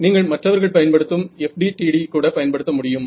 நீங்கள் மற்றவர்கள் பயன்படுத்தும் FDTD கூட பயன்படுத்த முடியும்